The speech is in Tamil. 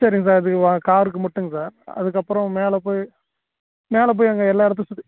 சரிங்க சார் இது வா காருக்கு மட்டுங்க சார் அதுக்கப்புறம் மேலே போய் மேலே போய் அங்கே எல்லா இடத்தையும் சுற்றி